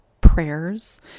prayers